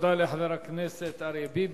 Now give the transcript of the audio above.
תודה לחבר הכנסת אריה ביבי.